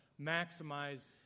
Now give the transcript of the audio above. maximize